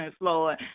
Lord